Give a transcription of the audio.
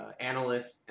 analysts